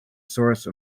source